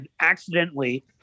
accidentally